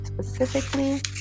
specifically